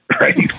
Right